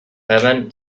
heaven